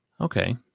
Okay